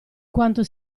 quanto